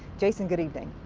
jason, good evening.